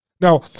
Now